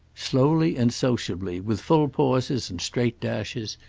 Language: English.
slowly and sociably, with full pauses and straight dashes,